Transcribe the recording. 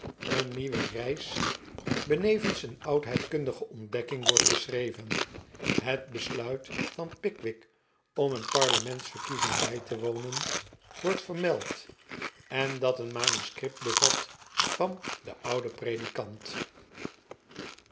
een nieuwe reis benevens een oudheidkundige ontdekking wordt beschreven het besluit van pickwick om een parlementsverkiezing bij te wonen r wordt vermeld en dat een manuscript be vat van den ouden predikant